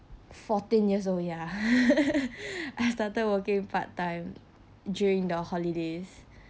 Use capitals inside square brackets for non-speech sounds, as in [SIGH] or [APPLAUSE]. fourteen-years-old ya [LAUGHS] I started working part-time during the holidays